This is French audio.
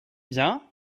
bien